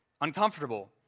uncomfortable